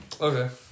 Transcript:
Okay